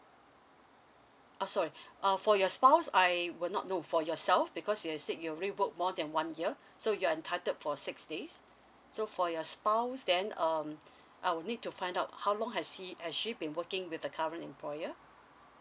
uh sorry uh for your spouse I would not know for yourself because you have state you already work for more than one year so you are entitled for six days so for your spouse then um I will need to find out how long has he has she been working with the current employer